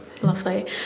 Lovely